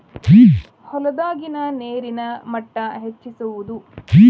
ಹೊಲದಾಗಿನ ನೇರಿನ ಮಟ್ಟಾ ಹೆಚ್ಚಿಸುವದು